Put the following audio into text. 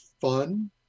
fun